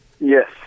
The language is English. Yes